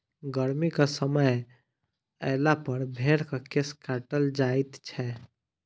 गर्मीक समय अयलापर भेंड़क केश काटल जाइत छै